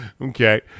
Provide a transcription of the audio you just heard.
Okay